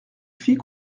fit